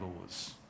laws